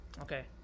Okay